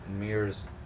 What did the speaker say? mirror's